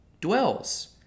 dwells